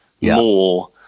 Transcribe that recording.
more